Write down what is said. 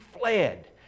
fled